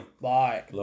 Bye